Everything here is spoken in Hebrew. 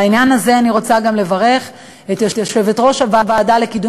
בעניין הזה אני רוצה גם לברך את יושבת-ראש הוועדה לקידום